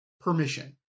permission